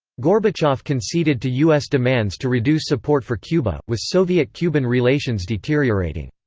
gorbachev conceded to u s. demands to reduce support for cuba, with soviet-cuban relations deteriorating.